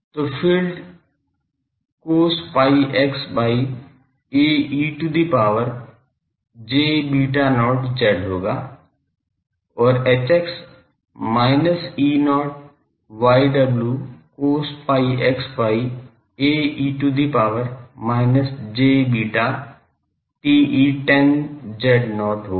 तो field cos pi x by a e to the power j beta not z होगा और Hx minus E0 Yw cos pi x by a e to the power minus j beta TE10 z not होगा